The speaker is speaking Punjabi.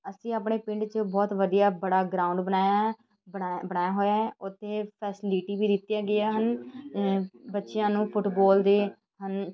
ਅਸੀਂ ਆਪਣੇ ਪਿੰਡ 'ਚ ਬਹੁਤ ਵਧੀਆ ਬੜਾ ਗਰਾਊਂਡ ਬਣਾਇਆ ਹੈ ਬਣਾਇਆ ਬਣਾਇਆ ਹੋਇਆ ਹੈ ਉਥੇ ਫੈਸਲਿਟੀ ਵੀ ਦਿੱਤੀਆਂ ਗਈਆਂ ਹਨ ਬੱਚਿਆਂ ਨੂੰ ਫੁੱਟਬੋਲ ਦੇ ਹਨ